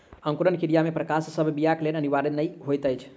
अंकुरण क्रिया मे प्रकाश सभ बीयाक लेल अनिवार्य नै होइत अछि